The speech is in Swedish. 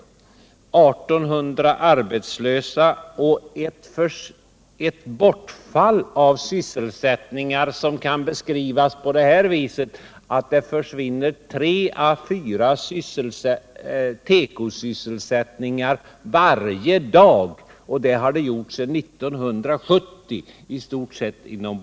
Det finns 1 800 arbetslösa, och bortfallet av sysselsättningar kan beskrivas så, att det inom Boråsområdet i stort sett har försvunnit tre-fyra tekosysselsättningar varje dag sedan 1970.